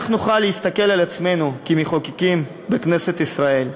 איך נוכל להסתכל על עצמנו כמחוקקים בכנסת ישראל?